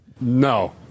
No